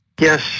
Yes